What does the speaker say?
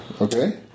Okay